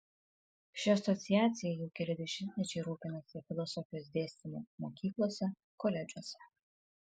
ši asociacija jau keli dešimtmečiai rūpinasi filosofijos dėstymu mokyklose koledžuose